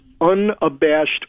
unabashed